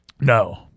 No